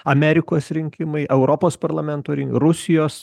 amerikos rinkimai europos parlamento rin rusijos